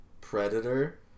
Predator